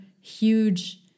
huge